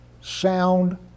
sound